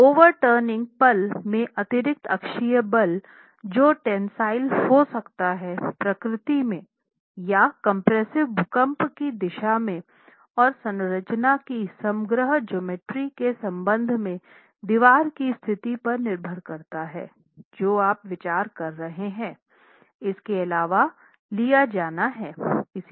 तो overturning पल में अतिरिक्त अक्षीय बल जो टेंसिल हो सकता है प्रकृति में या कम्प्रेस्सिव भूकंप की दिशा में और संरचना की समग्र ज्योमेट्री के संबंध में दीवार की स्थिति पर निर्भर करता है जो आप विचार कर रहे हैं इसके अलावा लिया जाना है